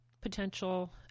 potential